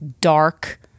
dark